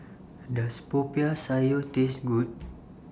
Does Popiah Sayur Taste Good